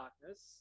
darkness